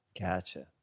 Gotcha